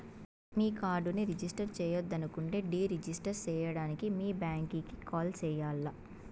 మీ కార్డుని రిజిస్టర్ చెయ్యొద్దనుకుంటే deregister సేయడానికి మీ బ్యాంకీకి కాల్ సెయ్యాల్ల